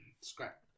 Scrap